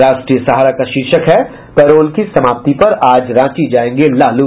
राष्ट्रीय सहारा का शीर्षक है पेरोल की समाप्ति पर आज रांची जायेंगे लालू